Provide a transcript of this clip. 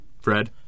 Fred